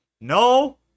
No